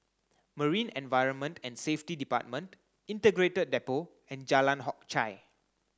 Marine Environment and Safety Department Integrated Depot and Jalan Hock Chye